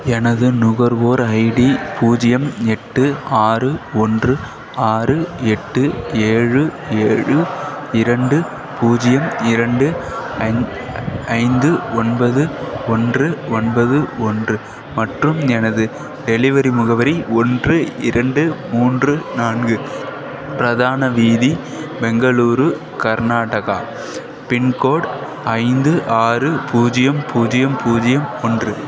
எனது நுகர்வோர் ஐடி பூஜ்ஜியம் எட்டு ஆறு ஒன்று ஆறு எட்டு ஏழு ஏழு இரண்டு பூஜ்ஜியம் இரண்டு ஐ ஐந்து ஒன்பது ஒன்று ஒன்பது ஒன்று மற்றும் எனது டெலிவரி முகவரி ஒன்று இரண்டு மூன்று நான்கு பிரதான வீதி பெங்களூரு கர்நாடகா பின்கோட் ஐந்து ஆறு பூஜ்ஜியம் பூஜ்ஜியம் பூஜ்ஜியம் ஒன்று